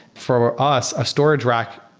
for us, a storage rack,